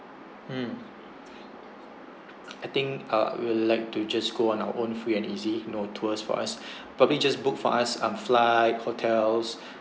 mm I think uh we'll like to just go on our own free and easy you know tours for us probably just book for us um flight hotels